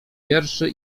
wierszy